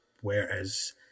whereas